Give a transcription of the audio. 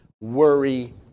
worry